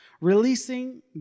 releasing